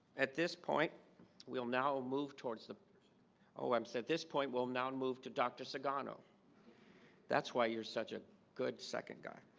at this point we'll now move towards the oh um at this point will now and move to dr. sugano that's why you're such a good second guy